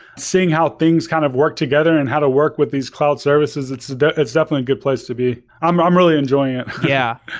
seeing how things kind of work together and how to work with these cloud services, it's it's definitely a good place to be. i'm i'm really enjoying it yeah,